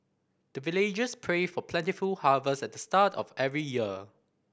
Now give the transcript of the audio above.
the villagers pray for plentiful harvest at the start of every year